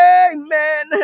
amen